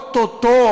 או-טו-טו,